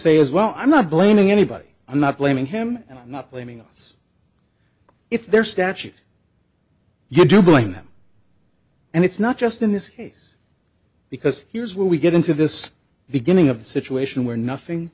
as well i'm not blaming anybody i'm not blaming him i'm not blaming us it's their statute you do blame them and it's not just in this case because here's where we get into this beginning of a situation where nothing